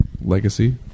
legacy